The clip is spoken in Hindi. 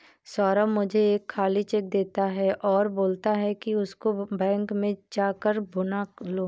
सौरभ मुझे एक खाली चेक देता है और बोलता है कि इसको बैंक में जा कर भुना लो